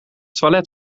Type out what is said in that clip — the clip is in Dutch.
toilet